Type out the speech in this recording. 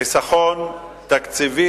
היתה חיסכון תקציבי